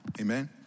Amen